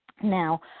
Now